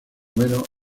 menos